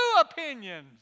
opinions